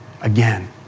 again